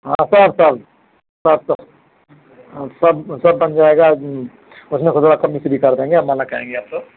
हाँ सब सब सब सब हाँ सब सब बन जाएगा उसमें से थोड़ा देंगे आपको